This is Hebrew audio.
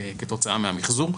כתוצאה מהמחזור,